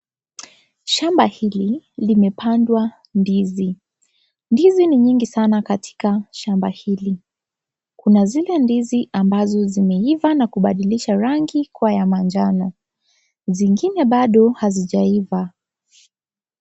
Shamba hili limepandwa ndizi. Ndizi ni nyingi sana katika shamba hili. Kuna zile ambazo zimeiva na kubadilisha rangi kuwa ya manjano. Zingine bado hazijaiva.